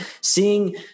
seeing